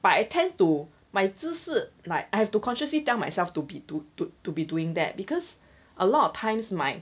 but I tend to my 姿势 like I have to consciously tell myself to be to to to to be doing that because a lot of times my